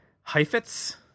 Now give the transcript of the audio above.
Heifetz